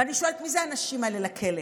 ואני שואלת מי זה "האנשים האלה" לכלא?